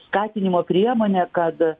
skatinimo priemonė kad